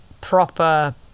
proper